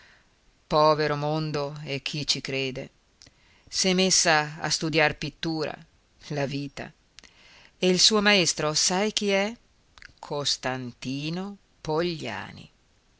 povero mondo e chi ci crede s'è messa a studiar pittura la vita e il suo maestro sai chi è costantino pogliani